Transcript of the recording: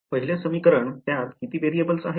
पहिल्या समीकरण त्यात किती व्हेरिएबल्स आहेत